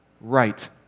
right